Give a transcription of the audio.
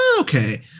okay